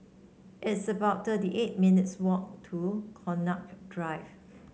it's about thirty eight minutes' walk to Connaught Drive